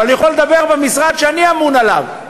אבל אני יכול לדבר על המשרד שאני אמון עליו,